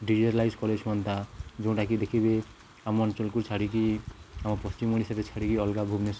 Digilight college ହୁଅନ୍ତା ଯେଉଁଟାକ ଦେଖିବେ ଆମ ଅଞ୍ଚଳକୁ ଛାଡ଼ିକି ଆମ ପଶ୍ଚିମ ଓଡ଼ିଶାରେ ଛାଡ଼ିକି ଅଲଗା ଭୁବନେଶ୍ୱରରେ